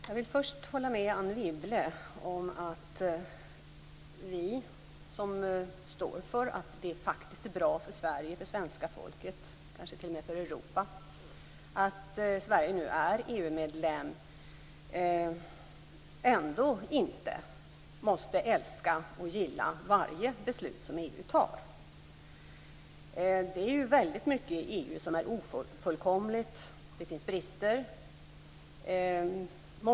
Fru talman! Jag vill först hålla med Anne Wibble om att vi som står för att det är bra för Sverige, svenska folket och kanske t.o.m. för Europa att Sverige nu är EU-medlem ändå inte måste älska och gilla varje beslut som EU fattar. Det är väldigt mycket i EU som är ofullkomligt. Det finns brister.